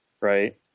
right